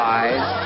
eyes